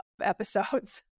episodes